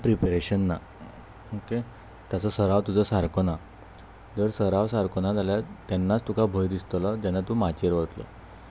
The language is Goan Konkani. प्रिपेरेशन ना ओके ताचो सराव तुजो सारको ना जर सराव सारको ना जाल्यार तेन्नाच तुका भंय दिसतलो जेन्ना तूं माचयेर वतलो